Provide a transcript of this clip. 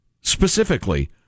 specifically